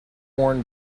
worn